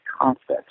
concept